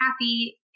happy